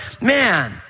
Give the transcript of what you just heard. man